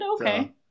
Okay